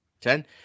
ten